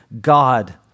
God